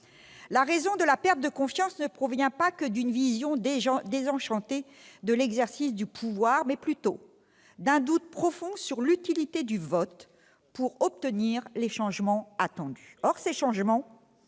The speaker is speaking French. la raison de cette perte de confiance ne provient pas d'une vision désenchantée de l'exercice du pouvoir, mais plutôt d'un doute profond sur l'utilité du vote pour obtenir les changements attendus. Absolument